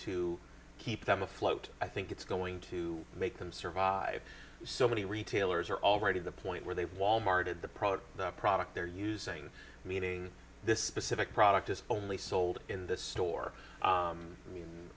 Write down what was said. to keep them afloat i think it's going to make them survive so many retailers are already the point where they wal mart and the product the product they're using meaning this specific product is only sold in the store